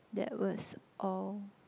that was all